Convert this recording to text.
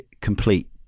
complete